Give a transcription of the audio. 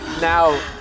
now